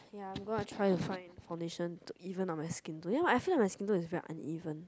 ya I'm going to try to find foundation to even out my skin tone you know feel like my skin tone is very uneven